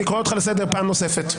אני קורא לך לסדר פעם נוספת.